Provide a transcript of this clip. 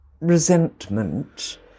resentment